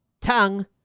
tongue